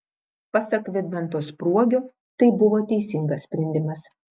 pasak vidmanto spruogio tai buvo teisingas sprendimas